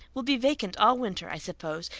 we'll be vacant all winter, i suppose,